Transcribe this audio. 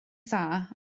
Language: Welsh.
dda